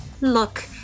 Look